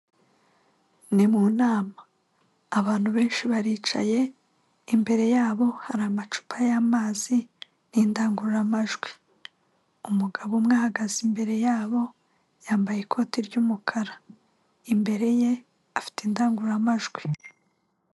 Ni mu nama; abantu benshi baricaye, imbere yabo hari amacupa y'amazi n'indangururamajwi. Umugabo umwe ahagaze imbere yabo yambaye ikoti ry'umukara, imbere ye afite indangururamajwi.